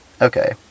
Okay